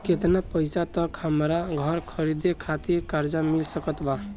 केतना पईसा तक हमरा घर खरीदे खातिर कर्जा मिल सकत बा?